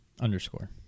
underscore